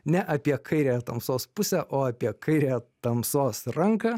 ne apie kairiąją tamsos pusę o apie kairiąją tamsos ranką